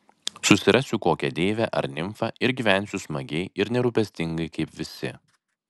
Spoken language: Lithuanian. susirasiu kokią deivę ar nimfą ir gyvensiu smagiai ir nerūpestingai kaip visi